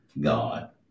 God